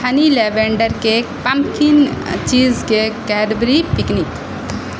honey lavender cake pumpkin cheese cake Cadbury picnic